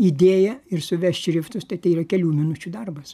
idėją ir suvest šriftus tai yra kelių minučių darbas